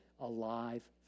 alive